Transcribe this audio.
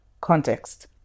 context